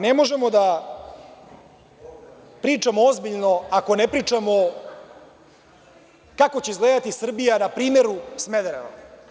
Ne možemo da pričamo ozbiljno ako ne pričamo kako će izgledati Srbija na primeru Smedereva.